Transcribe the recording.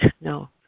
no